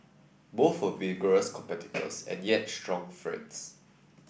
both were vigorous competitors and yet strong friends